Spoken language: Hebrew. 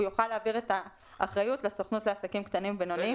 הוא יוכל להעביר את האחריות לסוכנות לעסקים קטנים ובינוניים,